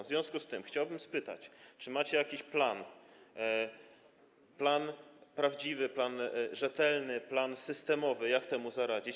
W związku z tym chciałbym spytać: Czy macie jakiś plan, plan prawdziwy, plan rzetelny, plan systemowy, jak temu zaradzić?